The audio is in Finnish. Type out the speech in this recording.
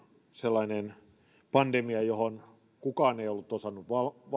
sellainen pandemia johon kukaan ei ollut osannut